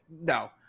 no